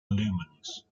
lumens